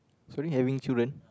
is only having children